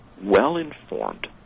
well-informed